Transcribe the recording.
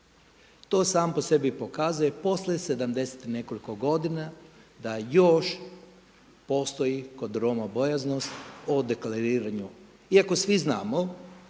to sam po sebi pokazuje poslije 70 i nekoliko godina da još postoji kod Roma bojaznost o deklariranju. Iako svi znamo